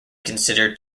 considered